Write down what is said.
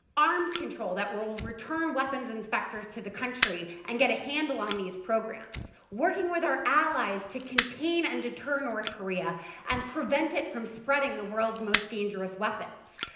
arms control that will return weapons inspectors to the country and get a handle on these programs. working with our allies to contain and deter north korea and prevent it from spreading the world's most dangerous weapons.